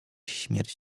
śmierć